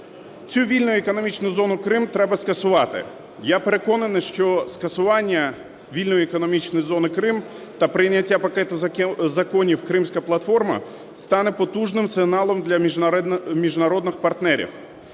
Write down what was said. Цю вільну економічну зону "Крим" треба скасувати. Я переконаний, що скасування вільної економічної зони "Крим" та прийняття пакету законів "Кримська платформа" стане потужним сигналом для міжнародних партнерів,